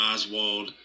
Oswald